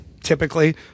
typically